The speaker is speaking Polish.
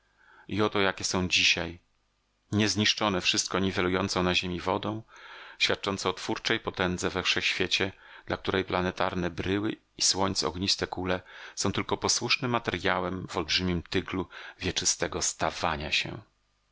i oto jakie są dzisiaj nie zniszczone wszystko niwelującą na ziemi wodą świadczące o twórczej potędze we wszechświecie dla której planetarne bryły i słońc ogniste kule są tylko posłusznym materjałem w olbrzymim tyglu wieczystego stawania się